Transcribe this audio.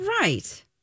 Right